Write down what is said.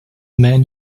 man